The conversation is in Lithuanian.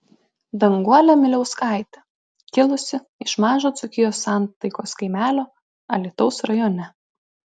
danguolė miliauskaitė kilusi iš mažo dzūkijos santaikos kaimelio alytaus rajone